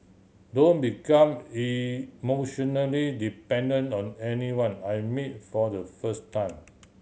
don't become emotionally dependent on anyone I meet for the first time